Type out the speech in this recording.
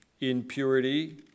impurity